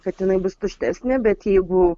kad jinai bus tuštesnė bet jeigu